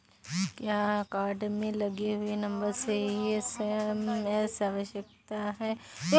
क्या कार्ड में लगे हुए नंबर से ही एस.एम.एस आवश्यक है?